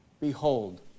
Behold